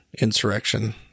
insurrection